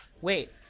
Wait